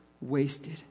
wasted